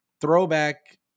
throwback